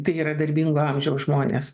tai yra darbingo amžiaus žmonės